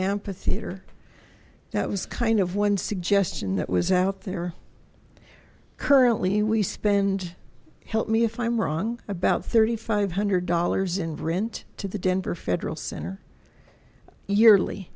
ampitheater that was kind of one suggestion that was out there currently we spend help me if i'm wrong about thirty five hundred dollars in rent to the denver federal center yearly